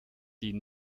die